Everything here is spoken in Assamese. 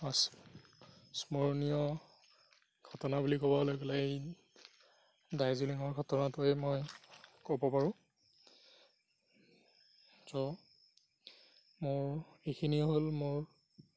স্মৰণীয় ঘটনা বুলি ক'বলৈ গ'লে এই দাৰ্জিলিঙৰ ঘটনাটোৱেই মই ক'ব পাৰো ত' মোৰ এইখিনিয়ে হ'ল মোৰ